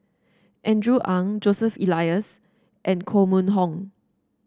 Andrew Ang Joseph Elias and Koh Mun Hong